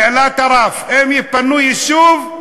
העלה את הרף: הם יפנו יישוב,